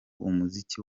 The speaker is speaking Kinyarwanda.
umuziki